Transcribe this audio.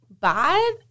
Bad